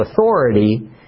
authority